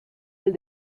del